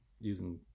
using